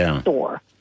store